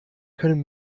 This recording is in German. können